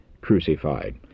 crucified